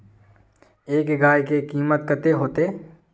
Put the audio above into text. एक गाय के कीमत कते होते?